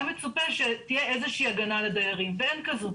היה מצופה שתהיה איזה שהיא הגנה על הדיירים ואין כזאת.